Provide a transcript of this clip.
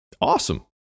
Awesome